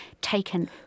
taken